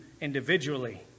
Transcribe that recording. Individually